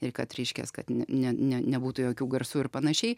ir kad reiškias kad ne ne nebūtų jokių garsų ir panašiai